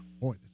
Boy